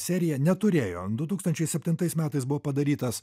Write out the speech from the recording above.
serija neturėjo du tūkstančiai septintais metais buvo padarytas